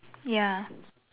ya